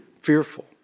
fearful